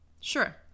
sure